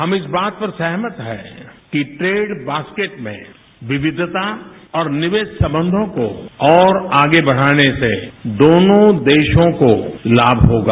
हम इस बात पर सहमत हैं कि ट्रेड बॉस्केट में विविधता और निवेश संबंधों को और आगे बढ़ाने से दोनों देशों को लाभ होगा